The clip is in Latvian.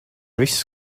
viss